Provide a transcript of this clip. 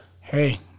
Hey